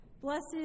Blessed